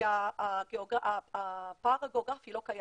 כי הפער הגיאוגרפי לא קיים.